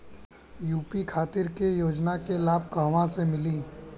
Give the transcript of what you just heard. UP खातिर के योजना के लाभ कहवा से मिली?